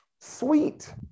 Sweet